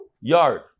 yard